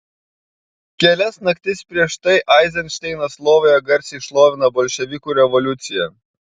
kelias naktis prieš tai eizenšteinas lovoje garsiai šlovina bolševikų revoliuciją